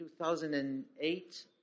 2008